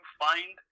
find